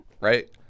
right